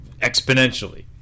exponentially